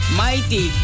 mighty